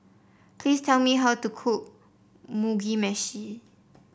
please tell me how to cook Mugi Meshi